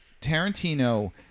Tarantino